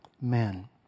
men